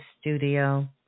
studio